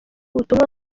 ubutumwa